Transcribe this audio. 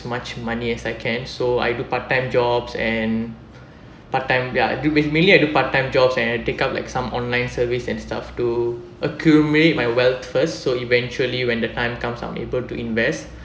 much money as I can so I do part time jobs and part time ya mainly I do part time jobs and take up like some online service and stuff to accumulate my wealth first so eventually when the time comes I'm able to invest